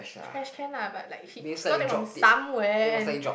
trash can lah but like he he got to take from somewhere and